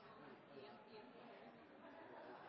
sammen, og